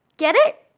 get it?